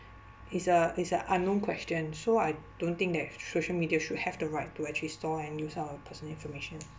is a is an unknown question so I don't think that social media should have the right to actually store and use our personal information